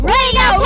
Radio